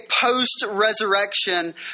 post-resurrection